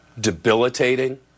Debilitating